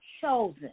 Chosen